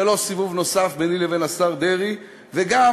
זה לא סיבוב נוסף ביני לבין השר דרעי, וגם